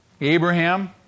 Abraham